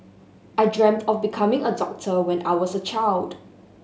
I dreamt of becoming a doctor when I was a child